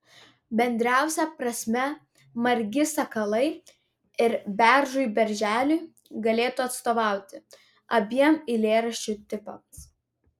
bendriausia prasme margi sakalai ir beržui berželiui galėtų atstovauti abiem eilėraščių tipams